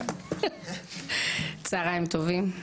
צוהריים טובים,